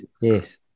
yes